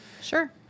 Sure